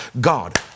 God